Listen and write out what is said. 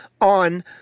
on